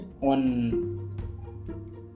on